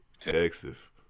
Texas